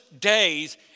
days